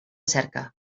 cerca